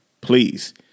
please